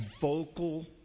vocal